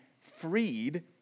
freed